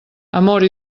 amor